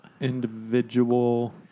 individual